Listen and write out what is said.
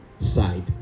Side